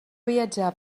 viatjar